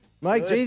Mike